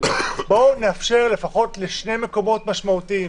בואו נאפשר לפחות לשני מקומות משמעותיים,